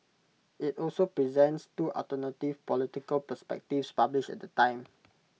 IT also presents two alternative political perspectives published at the time